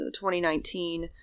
2019